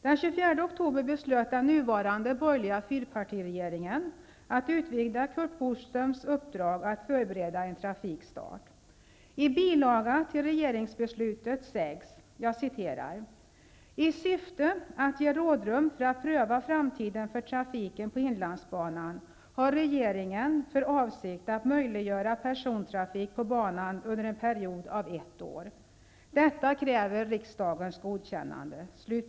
Den 24 oktober beslöt den nuvarande borgerliga fyrpartiregeringen att utvidga Curt Boströms uppdrag till att också gälla förberedandet av en trafikstart. I en bilaga till regeringsbeslutet sägs det: ''I syfte att ge rådrum för att pröva framtiden för trafiken på Inlandsbanan har regeringen för avsikt att möjliggöra persontrafik på banan under en period av ett år. Detta kräver riksdagens godkännande.''